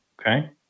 Okay